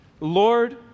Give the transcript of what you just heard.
Lord